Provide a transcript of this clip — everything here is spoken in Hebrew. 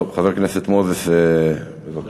טוב, חבר הכנסת מוזס, בבקשה.